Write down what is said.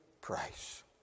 price